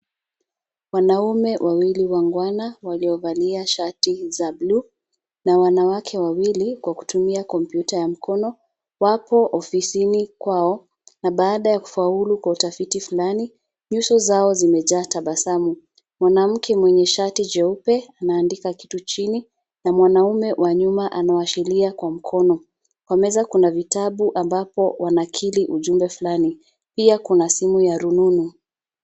Wanaume wawili wangwana waliovalia shati za buluu; na wanawake wawili kwa kutumia kompyuta ya mkono wapo ofisini kwao. Na baada ya kufaulu kwa utafiti fulani nyuso zao zimejaa tabasamu. Mwanamke mwenye shati jeupe, anaandika kitu chini na mwanaume wa nyuma anaashiria kwa mkono. Kwa meza kuna vitabu ambapo wanakili ujumbe fulani. Pia kuna simu ya rununu.